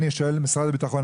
אני שואל את משרד הביטחון,